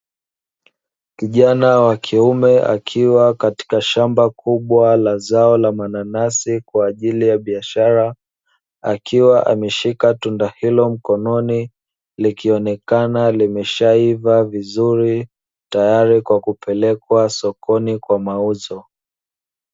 Kijana wa kiume akiwa katika shamba kubwa la zao la mananasi kwa ajili ya biashara, akiwa ameshika tunda hilo mkononi likionekana limeshaiva vizuri tayari kwa kupelekwa sokoni kwa mauzo.